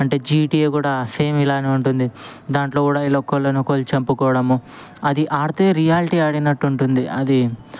అంటే జీటీఏ కూడా సేమ్ ఇలానే ఉంటుంది దాంట్లో కూడా వీళ్ళు ఒకళ్ళనొకళ్ళు చంపుకోవడము అది ఆడితే రియాలిటీ ఆడినట్టు ఉంటుంది అది